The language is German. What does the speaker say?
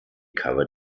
cover